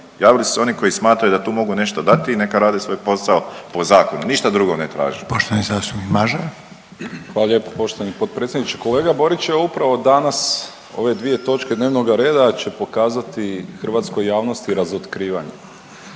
Javili su se oni koji smatraju da tu mogu nešto dati i neka rade svoj posao po zakonu, ništa drugo ne tražimo. **Reiner, Željko (HDZ)** Poštovani zastupnik Mažar. **Mažar, Nikola (HDZ)** Hvala lijepo poštovani potpredsjedniče. Kolega Borić je upravo danas ove dvije točke dnevnoga reda će pokazati hrvatskoj javnosti razotkrivanje.